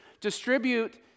distribute